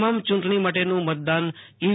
તમામ ચૂંટણી માટેનું મતદાન ઈવી